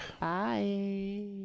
Bye